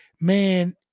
man